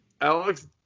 Alex